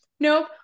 Nope